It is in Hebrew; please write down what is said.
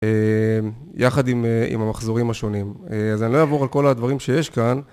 יחד עם המחזורים השונים, אז אני לא אעבור על כל הדברים שיש כאן